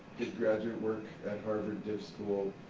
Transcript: did graduate work at harvard div school,